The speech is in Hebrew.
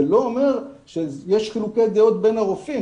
זה לא אומר שיש חילוקי דעות בין הרופאים,